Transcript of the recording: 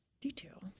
detail